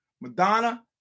Madonna